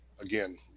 Again